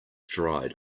dried